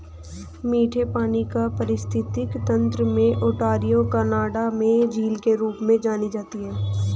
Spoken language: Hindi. मीठे पानी का पारिस्थितिकी तंत्र में ओंटारियो कनाडा में झील के रूप में जानी जाती है